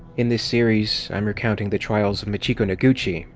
in this series, i'm recounting the trials of machiko noguchi,